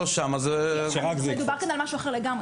כאן מדובר על משהו אחר לגמרי.